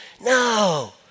no